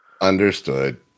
Understood